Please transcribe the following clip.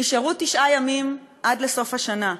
נשארו תשעה ימים עד לסוף השנה.